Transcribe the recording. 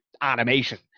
animation